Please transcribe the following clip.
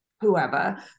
whoever